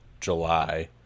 July